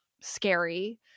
scary